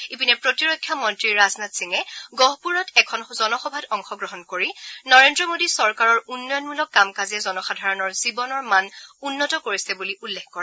ইপিনে প্ৰতিৰক্ষা মন্ত্ৰী ৰাজনাথ সিঙে গহপুৰ এখন জনসভাত অংশগ্ৰহণ কৰি নৰেন্দ্ৰ মোদী চৰকাৰৰ উন্নয়নমূলক কাম কাজে জনসাধাৰণৰ জীৱন মান উন্নত কৰিছে বুলি উল্লেখ কৰে